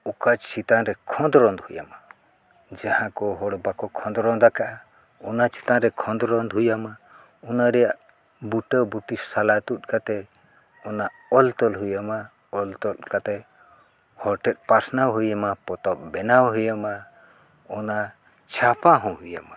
ᱚᱠᱟ ᱪᱮᱛᱟᱱ ᱨᱮ ᱠᱷᱚᱸᱫᱽᱨᱚᱱᱫ ᱦᱩᱭᱟᱢᱟ ᱡᱟᱦᱟᱸᱠᱚ ᱦᱚᱲ ᱵᱟᱠᱚ ᱠᱷᱚᱸᱫᱽᱨᱚᱱ ᱟᱠᱟᱫᱼᱟ ᱚᱱᱟ ᱪᱮᱛᱟᱱ ᱨᱮ ᱠᱷᱚᱸᱫᱽᱨᱚᱱᱫ ᱦᱩᱭᱟᱢᱟ ᱚᱱᱟ ᱨᱮᱭᱟᱜ ᱵᱩᱴᱟᱹᱵᱩᱴᱤ ᱥᱟᱞᱟ ᱛᱩᱫ ᱠᱟᱛᱮᱫ ᱚᱱᱟ ᱚᱞᱼᱛᱚᱞ ᱦᱩᱭᱟᱢᱟ ᱚᱞ ᱛᱚᱞ ᱠᱟᱛᱮᱫ ᱦᱚᱲ ᱴᱷᱮᱱ ᱯᱟᱥᱱᱟᱣ ᱦᱩᱭᱟᱢᱟ ᱯᱚᱛᱚᱵ ᱵᱮᱱᱟᱣ ᱦᱩᱭᱟᱢᱟ ᱚᱱᱟ ᱪᱷᱟᱯᱟ ᱦᱚᱸ ᱦᱩᱭᱟᱢᱟ